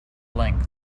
length